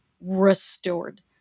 restored